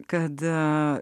kad a